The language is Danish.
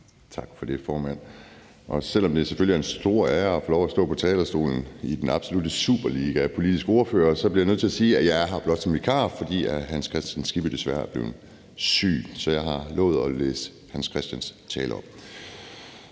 Tak for det, formand. Selv om det selvfølgelig er en stor ære at få lov at stå på talerstolen i den absolutte superliga af ordførere, bliver jeg nødt til sige, at jeg er her blot som vikar, fordi hr. Hans Kristian Skibby desværre er blevet syg. Så jeg har lovet at læse Hans Kristian Skibbys tale op.